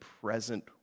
present